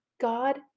God